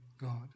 God